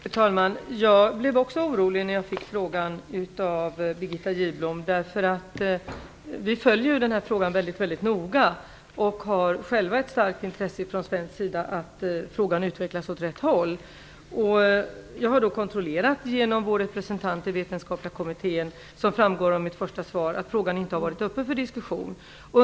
Fru talman! Jag blev också orolig när jag fick frågan av Birgitta Gidblom. Vi följer ju den här frågan väldigt noga och har ett starkt intresse från svensk sida att frågan utvecklas åt rätt håll. Jag har kontrollerat genom vår representant i den vetenskapliga kommittén att frågan inte har varit uppe för diskussion, vilket framgår av mitt första svar.